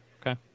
Okay